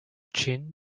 chin